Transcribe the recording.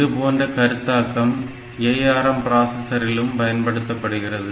இதுபோன்ற கருத்தாக்கம் ARM பிராசஸரிலும் பயன்படுத்தப்படுகிறது